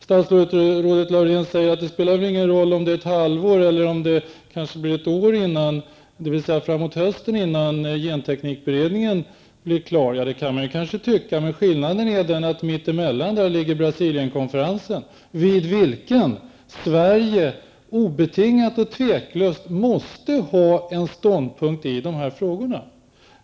Statsrådet Laurén sade att det inte spelar någon roll om det rör sig om ett halvår eller ett år, dvs. framemot hösten, innan genteknikberedningen blir klar. Det kan man kanske tycka, men skillnaden är den att Brasilienkonferensen ligger mitt emellan, vid vilken Sverige obetingat och otvivelaktigt måste ha en ståndpunkt i de här frågorna.